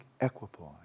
equipoise